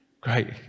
Great